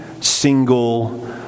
single